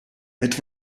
het